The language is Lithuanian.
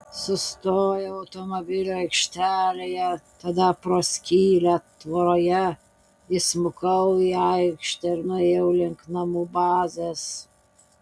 sustojau automobilių aikštelėje tada pro skylę tvoroje įsmukau į aikštę ir nuėjau link namų bazės